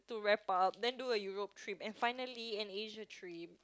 to wrap up then do a Europe trip and finally an Asia trip